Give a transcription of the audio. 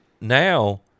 now